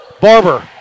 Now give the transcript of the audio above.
Barber